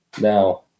Now